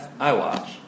iWatch